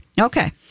Okay